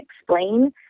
explain